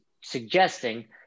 suggesting